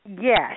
Yes